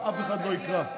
ואף אחד לא יקרא,